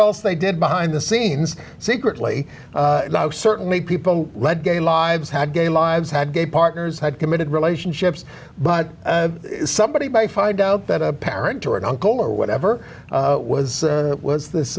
else they did behind the scenes secretly certainly people who lead gay lives had gay lives had gay partners had committed relationships but somebody by find out that a parent or an uncle or whatever it was it was this